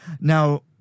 Now